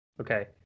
Okay